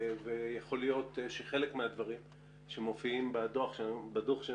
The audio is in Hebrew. יכול להיות שחלק מהדברים שמופיעים בדוחות